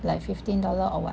like fifteen dollar or what